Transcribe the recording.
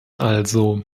also